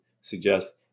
suggest